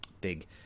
big